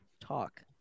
talk